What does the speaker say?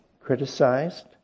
criticized